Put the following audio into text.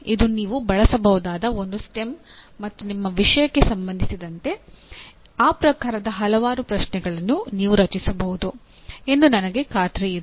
ಇದು ನೀವು ಬಳಸಬಹುದಾದ ಒಂದು ಸ್ಟೆಮ್ ಮತ್ತು ನಿಮ್ಮ ವಿಷಯಕ್ಕೆ ಸಂಬಂಧಿಸಿದಂತೆ ಆ ಪ್ರಕಾರದ ಹಲವಾರು ಪ್ರಶ್ನೆಗಳನ್ನು ನೀವು ರಚಿಸಬಹುದು ಎಂದು ನನಗೆ ಖಾತ್ರಿಯಿದೆ